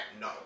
no